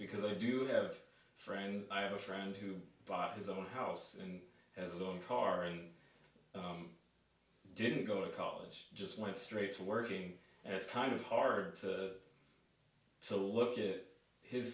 because i do have friends i have a friend who bought his own house and his own car and didn't go to college just went straight to working and it's kind of hard to so look at